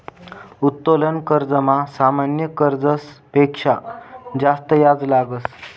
उत्तोलन कर्जमा सामान्य कर्जस पेक्शा जास्त याज लागस